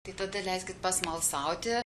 tai tada leiskit pasmalsauti